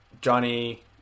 Johnny